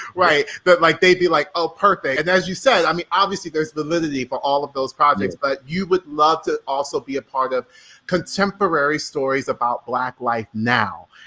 right. but like, they'd be like, oh perfect. and as you said, i mean, obviously there's validity for all of those projects, but you would love to also be a part of contemporary stories about black life now.